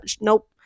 Nope